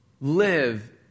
live